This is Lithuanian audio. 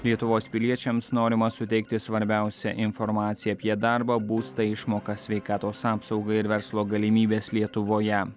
lietuvos piliečiams norima suteikti svarbiausią informaciją apie darbą būstą išmokas sveikatos apsaugai ir verslo galimybes lietuvoje